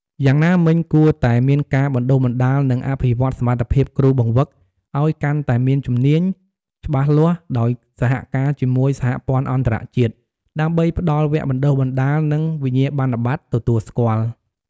យ៉ាងណាមិញគួរតែមានការបណ្តុះបណ្តាល និងអភិវឌ្ឍសមត្ថភាពគ្រូបង្វឹកឱ្យកាន់តែមានជំនាញច្បាស់លាស់ដោយសហការជាមួយសហព័ន្ធអន្តរជាតិ ដើម្បីផ្ដល់វគ្គបណ្តុះបណ្តាល និងវិញ្ញាបនបត្រទទួលស្គាល់។